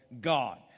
God